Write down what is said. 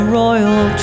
royal